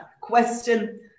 question